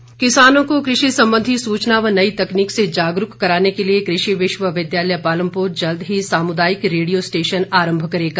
सामुदायिक रेडियो किसानों को कृषि संबंधी सूचना व नई तकनीक से जागरूक कराने के लिए कृषि विश्वविद्यालय पालमपुर जल्द ही सामुदायिक रेडियो स्टेशन आरम्भ करेगा